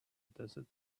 desert